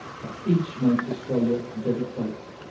but each makes australia a better place.